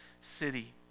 city